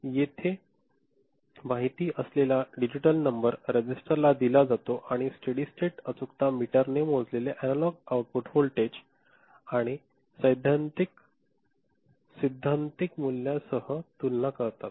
इथे माहिती असलेला डिजिटल नंबर रजिस्टरला दिला जातो आणि स्टेडी स्टेट अचूक मीटरने मोजलेले एनालॉग आउटपुट व्होल्टेज आणि सैद्धांतिक मूल्यासह तुलना करतात